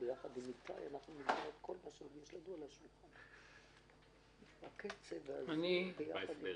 אין הערות, נצביע על תקנה 4. מי בעד?